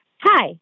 Hi